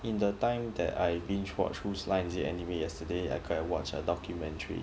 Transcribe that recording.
in the time that I binge watched whose line is it anyway yesterday I could have watched a documentary